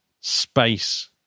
space